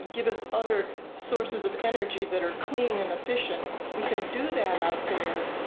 give us other sources of energy, that are clean and efficient. we can do that out there.